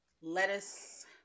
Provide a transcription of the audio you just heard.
lettuce